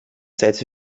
sätze